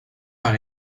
par